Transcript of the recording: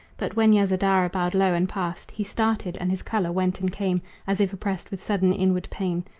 but when yasodhara bowed low and passed, he started, and his color went and came as if oppressed with sudden inward pain.